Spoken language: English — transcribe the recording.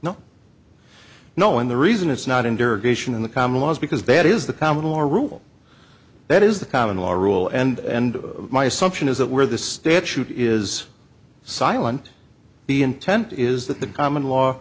no no and the reason it's not in duration in the common law is because that is the common law rule that is the common law rule and end of my assumption is that where the statute is silent the intent is that the common law